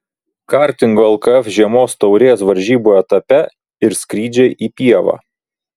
kartingo lkf žiemos taurės varžybų etape ir skrydžiai į pievą